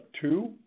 two